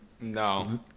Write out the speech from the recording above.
No